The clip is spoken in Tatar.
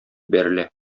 бәрелә